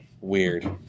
Weird